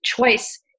choice